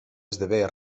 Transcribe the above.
esdevé